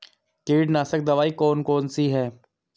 कीटनाशक दवाई कौन कौन सी हैं?